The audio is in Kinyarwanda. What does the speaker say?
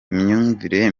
imyumvire